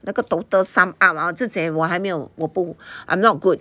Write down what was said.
那个 total sum up ah 我自己我还没有我不 I'm not good